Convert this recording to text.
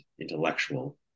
intellectual